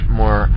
more